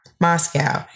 Moscow